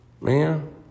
Man